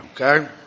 okay